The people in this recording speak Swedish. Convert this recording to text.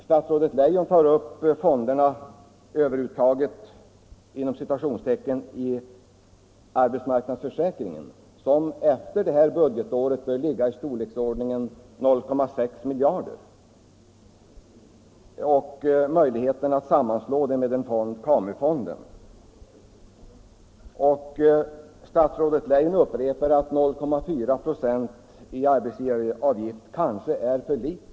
Statsrådet Leijon tar upp ”överuttaget” ur fonderna inom arbetsmarknadsförsäkringen, som efter det här budgetåret bör ligga i storleksordningen 0,6 miljarder kr., och frågan om möjligheterna att sammanslå dessa fonder med KAMU-fonden. Statsrådet upprepar att 0,4 946 i arbetsgivaravgifter kanske är för litet.